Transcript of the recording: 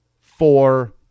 Four